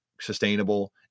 sustainable